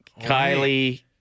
Kylie